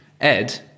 Ed